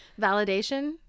Validation